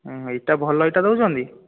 ଇଟା ଭଲ ଇଟା ଦେଉଛନ୍ତି